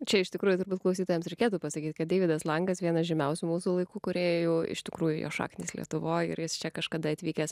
čia iš tikrųjų turbūt klausytojams reikėtų pasakyt kad deividas langas vienas žymiausių mūsų laikų kūrėjų iš tikrųjų jo šaknys lietuvoj ir jis čia kažkada atvykęs